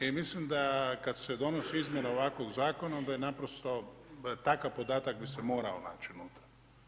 I mislim da kada se donosi izmjena ovakvog zakona, onda je naprosto, takav podatak bi se morao naći unutra.